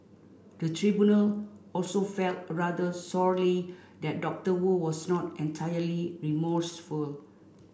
the tribunal also felt rather sorely that Dr Wu was not entirely remorseful